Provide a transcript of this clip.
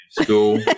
school